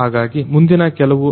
ಹಾಗಾಗಿ ಮುಂದಿನ ಕೆಲವು